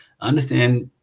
understand